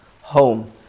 home